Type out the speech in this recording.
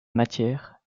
matière